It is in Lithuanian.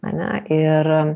ane ir